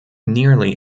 nearly